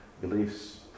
beliefs